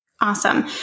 Awesome